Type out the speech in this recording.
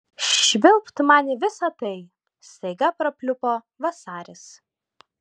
švilpt man į visa tai staiga prapliupo vasaris